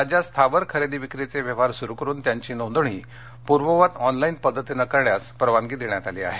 राज्यात स्थावर खरेदी विक्रीचे व्यवहार सुरु करुन त्यांची नोंदणी पूर्ववत ऑनलाईन पद्धतीने करण्यास परवानगी देण्यात आली आहे